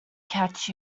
catch